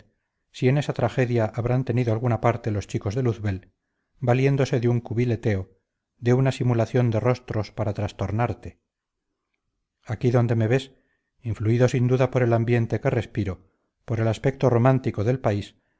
si en esa tragedia habrán tenido alguna parte los chicos de luzbel valiéndose de un cubileteo de una simulación de rostros para trastornarte aquí donde me ves influido sin duda por el ambiente que respiro por el aspecto romántico del país